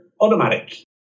automatic